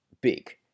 big